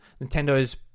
Nintendo's